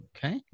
Okay